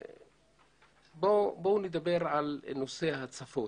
בואו נדבר על נושא ההצפות.